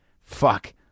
fuck